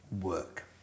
work